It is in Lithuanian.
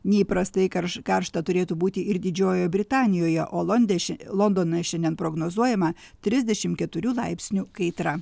neįprastai karš karšta turėtų būti ir didžiojoje britanijoje o londeše londone šiandien prognozuojama trisdešim keturių laipsnių kaitra